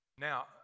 Now